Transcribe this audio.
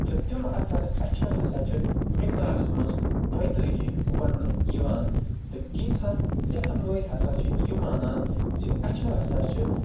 تہٕ تِم اَثر اَچھر ہسا چھِ مقدارَس منٛز دوٚیہِ تٲجی وَنٛنہٕ یِوان تہٕ کینٛژاہ لٮ۪کھَن وٲلۍ ہسا چھِ یہِ مانان زِ اَچھر ہسا چھِ